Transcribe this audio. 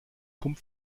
pump